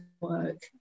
work